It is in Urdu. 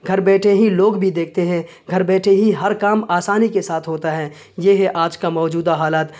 گھر بیٹھے ہی لوگ بھی دیکھتے ہیں گھر بیٹھے ہی ہر کام آسانی کے ساتھ ہوتا ہے یہ ہے آج کا موجودہ حالات